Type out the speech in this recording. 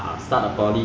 那些 I_T 的